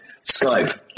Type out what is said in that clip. Skype